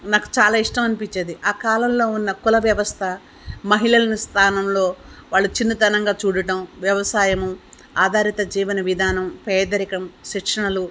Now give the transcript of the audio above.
నాకు చాలా ఇష్టం అనిపించేది ఆ కాలంలో ఉన్న కుల వ్యవస్థ మహిళల స్థానంలో వాళ్ళు చిన్నతనంగా చూడటం వ్యవసాయము ఆధారిత జీవన విధానం పేదరికం శిక్షణలు